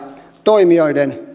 toimijoiden